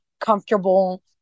comfortable